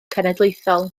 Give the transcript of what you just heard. cenedlaethol